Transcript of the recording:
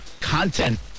content